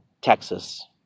Texas